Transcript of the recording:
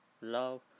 love